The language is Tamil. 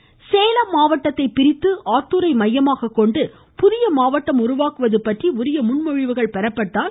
உதயகுமார் சேலம் மாவட்டத்தைப் பிரித்து ஆத்தூரை மையமாகக்கொண்டு புதிய மாவட்டம் உருவாக்குவது பற்றி உரிய முன் மொழிவுகள் பெறப்பட்டால்